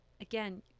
again